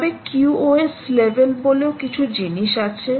তবে QoS level বলেও কিছু জিনিস আছে